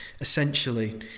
essentially